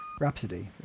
Rhapsody